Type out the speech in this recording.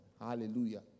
Hallelujah